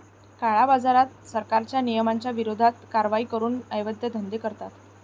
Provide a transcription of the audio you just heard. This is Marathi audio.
काळ्याबाजारात, सरकारच्या नियमांच्या विरोधात कारवाई करून अवैध धंदे करतात